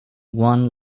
one